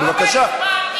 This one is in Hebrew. בבקשה.